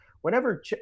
Whenever